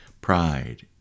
pride